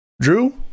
Drew